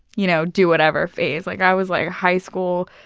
you know do whatever phase. like i was like, high school,